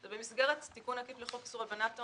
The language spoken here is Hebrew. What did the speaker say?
זה במסגרת תיקון עקיף לחוק איסור הלבנת הון,